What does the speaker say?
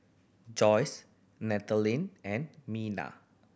Joyce Nathanael and Minna